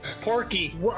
Porky